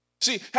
See